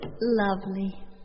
Lovely